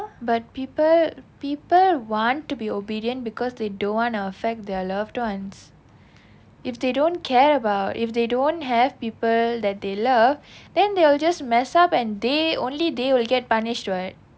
but people people want to be obedient because they don't want to affect their loved ones if they don't care about if they don't have people that they love then they will just mess up and they only they will get punished [what]